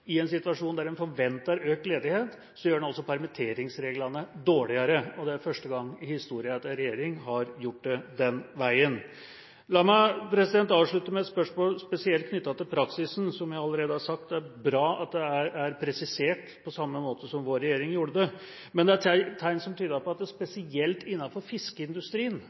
I en situasjon der en forventer økt ledighet, gjør en altså permitteringsreglene dårligere, og det er første gang i historien at en regjering har gjort det den veien. La meg avslutte med et spørsmål spesielt knyttet til praksisen – jeg har allerede sagt det er bra at det er presisert – på samme måte som vår regjering gjorde det. Det er tegn som tyder på at det spesielt innenfor fiskeindustrien